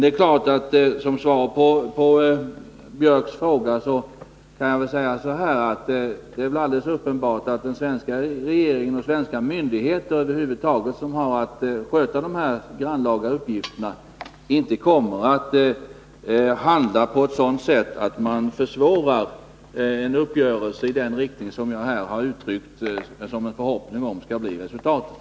Som svar på Anders Björcks fråga kan jag säga så här: Det är alldeles uppenbart att den svenska regeringen och svenska myndigheter över huvud taget som har att sköta dessa grannlaga uppgifter inte kommer att handla på ett sådant sätt att man försvårar en uppgörelse i den riktning som jag här har hoppats skall bli resultatet.